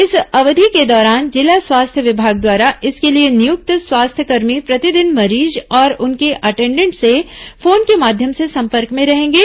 इस अवधि के दौरान जिला स्वास्थ्य विभाग द्वारा इसके लिए नियुक्त स्वास्थ्यकर्मी प्रतिदिन मरीज और उनके अटेंडेंट से फोन के माध्यम से संपर्क में रहेंगे